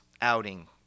outing